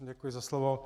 Děkuji za slovo.